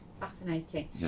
fascinating